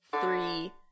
three